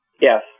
Yes